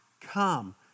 come